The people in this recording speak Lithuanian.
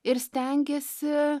ir stengiasi